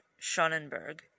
Schonenberg